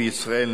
בישראל,